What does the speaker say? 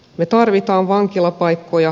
me tarvitsemme vankilapaikkoja